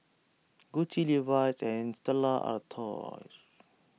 Gucci Levi's and Stella Artois